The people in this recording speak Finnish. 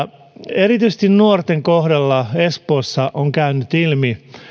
erityisesti nuorten kohdalla espoossa on käynyt ilmi